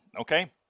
okay